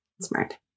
Smart